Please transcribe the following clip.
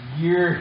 year